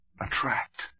attract